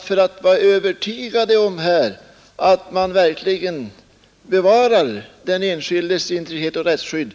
För att vara övertygad om att man verkligen bevarar den enskildes integritet och rättsskydd